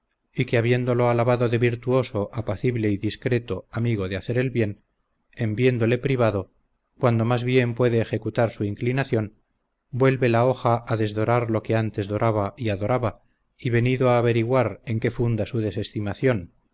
que habiéndolo alabado de virtuoso apacible y discreto amigo de hacer bien en viéndole privado cuando más bien puede ejecutar su inclinación vuelve la hoja a desdorar lo que antes doraba y adoraba y venido a averiguar en qué funda su desestimación